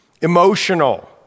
Emotional